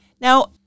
Now